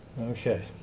okay